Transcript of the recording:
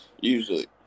usually